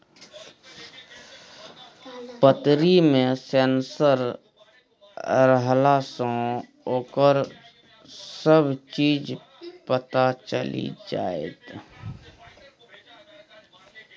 पतरी मे सेंसर रहलासँ ओकर सभ चीज पता चलि जाएत